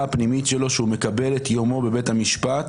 הפנימית שלו שהוא מקבל את יומו בבית המשפט